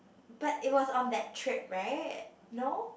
but it was on that trip right no